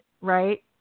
right